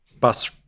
bus